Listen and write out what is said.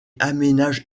aménage